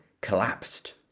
collapsed